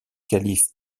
calife